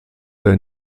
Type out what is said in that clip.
der